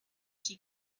she